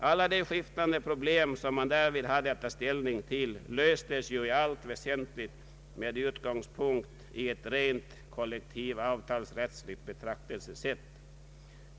Alla de skiftande problem som man därvid hade att ta ställning till löstes ju i allt väsentligt med utgångspunkt i ett rent kollektivrättsligt betraktelsesätt.